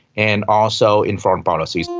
and also in foreign policy.